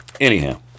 Anyhow